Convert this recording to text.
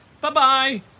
bye-bye